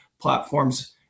platforms